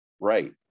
Right